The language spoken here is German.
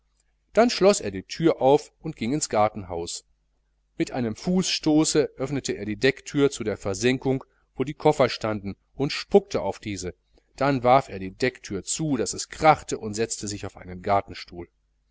dann schloß er die thür aus und ging ins gartenhaus mit einem fußstoße öffnete er die deckthür zu der versenkung wo die koffer standen und spuckte auf diese dann warf er die deckthür zu daß es krachte und setzte sich auf einen gartenstuhl